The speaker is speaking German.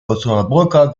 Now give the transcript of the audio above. osnabrücker